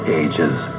ages